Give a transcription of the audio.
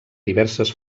diverses